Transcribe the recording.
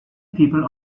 people